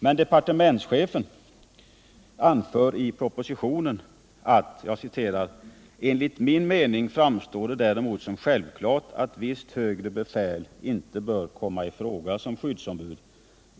Men departementschefen anför i propositionen: ”Enligt min mening framstår det däremot som naturligt att visst högre befäl inte bör komma i fråga som skyddsombud.